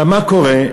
מה קורה?